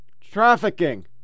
trafficking